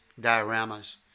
dioramas